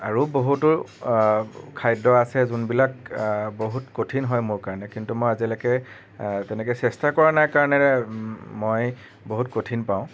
আৰু বহুতো খাদ্য আছে যোনবিলাক বহুত কঠিন হয় মোৰ কাৰণে কিন্তু মই আজিলৈকে তেনেকৈ চেষ্টা কৰা নাই কাৰণে মই বহুত কঠিন পাওঁ